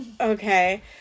okay